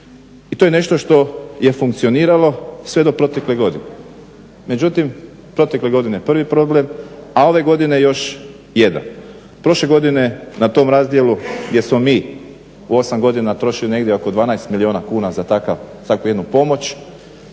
I to je nešto što je funkcioniralo sve do protekle godine. Međutim, protekle godine prvi problem, a ove godine još jedan. Prošle godine na tom razdjelu gdje smo mi u 8 godina trošili negdje oko 12 milijuna kuna za takvu jednu pomoć